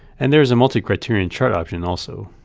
and there is a multi-criterion chart option also.